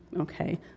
Okay